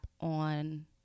on